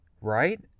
right